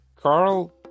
Carl